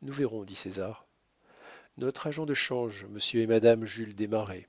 nous verrons dit césar notre agent de change monsieur et madame jules desmarets